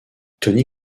tony